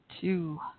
two